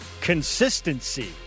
consistency